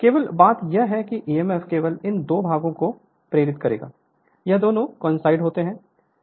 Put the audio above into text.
केवल बात यह है कि ईएमएफ केवल इन दो भागों को प्रेरित करेगा यह दोनों कोइनसाइड होते हैं